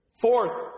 Fourth